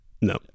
no